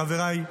חבריי,